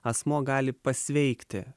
asmuo gali pasveikti